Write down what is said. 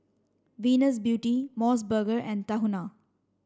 Venus Beauty MOS burger and Tahuna